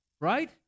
right